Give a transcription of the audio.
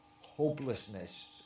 hopelessness